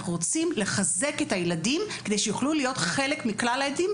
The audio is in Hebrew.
אנחנו רוצים לחזק את הילדים כדי שיוכלו להיות חלק מכלל הילדים,